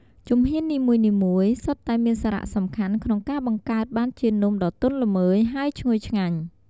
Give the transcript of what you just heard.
ជំហាននីមួយៗសុទ្ធតែមានសារៈសំខាន់ក្នុងការបង្កើតបានជានំដ៏ទន់ល្មើយ ហើយឈ្ងុយឆ្ងាញ់។